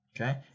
Okay